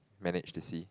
manage to see